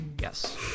Yes